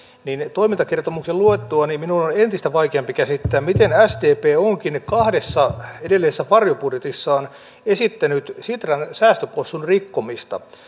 toimintakertomuksen luettuani minun on on entistä vaikeampi käsittää miten sdp onkin kahdessa edellisessä varjobudjetissaan esittänyt sitran säästöpossun rikkomista